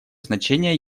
значение